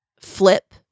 flip